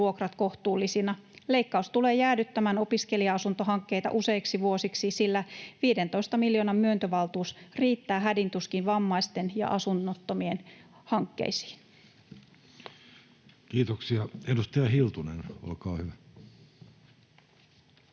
vuokrat kohtuullisina. Leikkaus tulee jäädyttämään opiskelija-asuntohankkeita useiksi vuosiksi, sillä 15 miljoonan myöntövaltuus riittää hädin tuskin vammaisten ja asunnottomien hankkeisiin. [Speech 123] Speaker: Jussi Halla-aho